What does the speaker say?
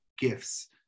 gifts